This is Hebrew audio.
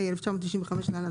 התשנ"ה 1995 (להלן,